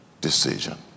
decision